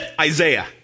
Isaiah